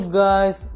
guys